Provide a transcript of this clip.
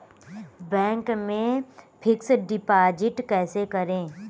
Bank में fix deposit कैसे करें?